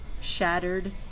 Shattered